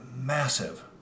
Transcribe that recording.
massive